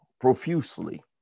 profusely